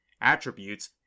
attributes